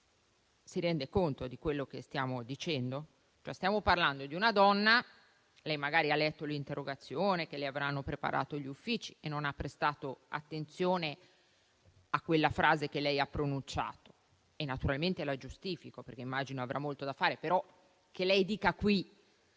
Si rende conto di quello che stiamo dicendo? Lei magari ha letto l'interrogazione che le avranno preparato gli uffici e non ha prestato attenzione a quella frase che ha pronunciato e naturalmente la giustifico, perché immagino avrà molto da fare; però che lei dica qui